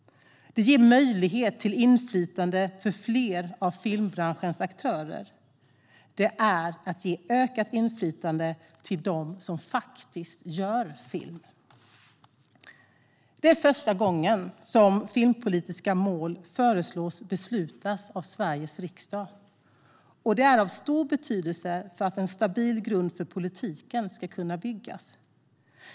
Det ger möjlighet till inflytande för fler av filmbranschens aktörer. Det är att ge ökat inflytande till dem som faktiskt gör film. Det är första gången som filmpolitiska mål föreslås beslutas av Sveriges riksdag. Det är av stor betydelse för att en stabil grund för politiken ska kunna byggas.